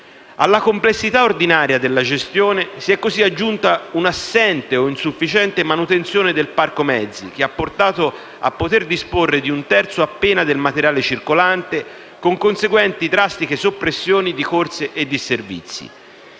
Alla complessità ordinaria della gestione si è così aggiunta un'assente o insufficiente manutenzione del parco mezzi, che ha portato a poter disporre di un terzo appena del materiale circolante con conseguenti drastiche soppressioni di corse e disservizi.